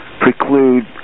preclude